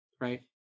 right